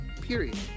Period